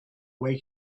wake